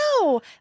no